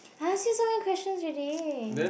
I ask you so many questions already